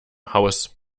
haus